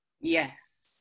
Yes